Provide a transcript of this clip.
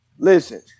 Listen